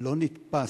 לא נתפס,